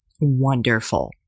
Wonderful